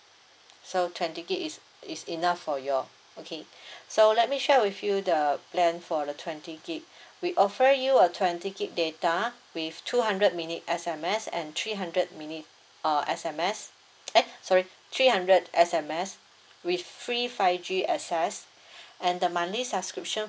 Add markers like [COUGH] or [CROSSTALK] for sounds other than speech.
so twenty gig is is enough for y'all okay [BREATH] so let me share with you the plan for the twenty gig [BREATH] we offer you a twenty gig data with two hundred minutes S_M_S and three hundred minute uh S_M_S eh sorry three hundred S_M_S with free five G access [BREATH] and the monthly subscription